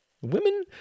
Women